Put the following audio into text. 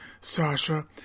Sasha